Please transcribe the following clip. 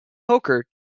poker